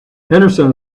henderson